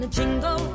jingle